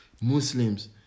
Muslims